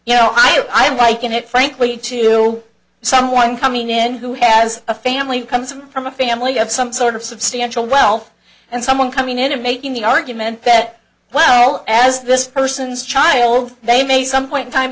you know i liken it frankly to someone coming in who has a family who comes from a family of some sort of substantial wealth and someone coming in and making the argument that well as this person's child they may some point in time